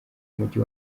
mujyi